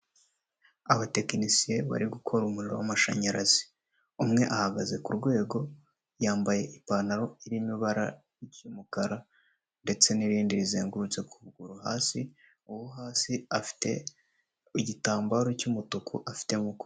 Abatekinisiye bari gukora umuriro w'amashanyarazi, umwe ahagaze ku rwego, yambaye ipantaro irimo ibara ry'umukara ndetse n'irindi rizengurutse ku kuguru, hasi, uwo hasi afite igitambaro cy'umutuku afite mu kuboko.